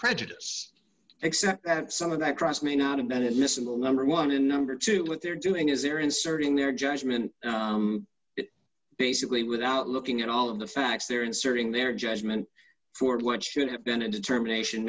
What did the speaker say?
prejudice except that some of that trust may not have been admissible number one and number two what they're doing is they're inserting their judgment basically without looking at all of the facts they're inserting their judgment for what should have been a determination